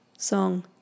Song